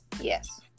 Yes